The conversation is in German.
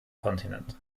kontinent